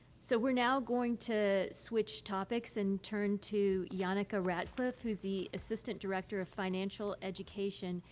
so, we're now going to switch topics and turn to janneke ratcliffe, who's the assistant director of financial education,